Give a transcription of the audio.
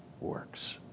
works